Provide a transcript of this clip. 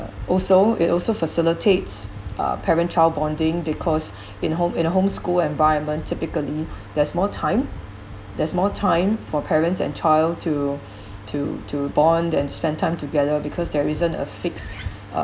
uh also it also facilitates uh parent-child bonding because in home in a homeschool environment typically there's more time there's more time for parents and child to to to bond and spend time together because there isn't a fixed